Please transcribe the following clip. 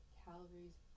calories